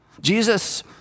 Jesus